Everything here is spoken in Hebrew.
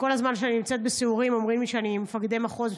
כל הזמן כשאני נמצאת בסיורים אומרים לי שאני עם מפקדי מחוז,